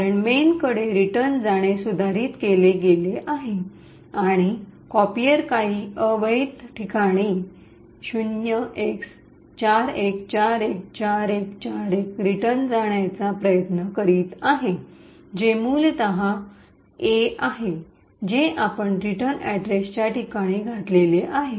कारण मेनकडे रिटर्न जाणे सुधारित केले गेले आहे आणि कॉपीर काही अवैध ठिकाणी 0x41414141 रिटर्न जाण्याचा प्रयत्न करीत आहे जे मूलतः A आहे जे आपण रिटर्न अड्रेसच्या ठिकाणी घातलेले आहे